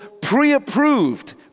pre-approved